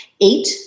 Eight